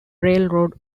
railroad